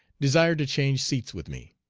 desired to change seats with me.